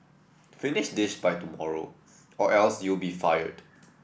finish this by tomorrow or else you'll be fired